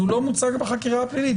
אז הוא לא מוצג בחקירה הפלילית,